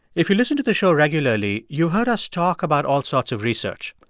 if you listen to the show regularly, you heard us talk about all sorts of research.